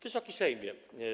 Wysoki Sejmie!